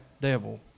devil